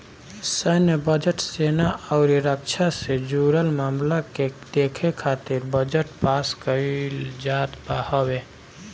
सैन्य बजट, सेना अउरी रक्षा से जुड़ल मामला के देखे खातिर बजट पास कईल जात हवे